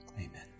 Amen